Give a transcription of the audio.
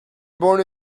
born